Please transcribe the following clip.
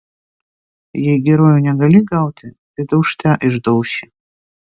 jei geruoju negali gauti tai daužte išdauši